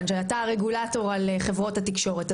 אתה הרגולטור על חברות התקשורת.